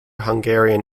hungarian